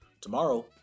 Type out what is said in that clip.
Tomorrow